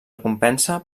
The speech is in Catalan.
recompensa